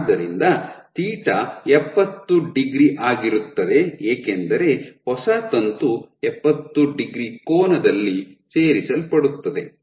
ಆದ್ದರಿಂದ θ ಎಪ್ಪತ್ತು ಡಿಗ್ರಿ ಆಗಿರುತ್ತದೆ ಏಕೆಂದರೆ ಹೊಸ ತಂತು ಎಪ್ಪತ್ತು ಡಿಗ್ರಿ ಕೋನದಲ್ಲಿ ಸೇರಿಸಲ್ಪಡುತ್ತದೆ